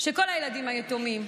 שכל הילדים היתומים,